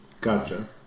Gotcha